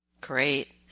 Great